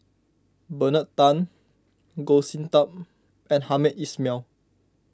Bernard Tan Goh Sin Tub and Hamed Ismail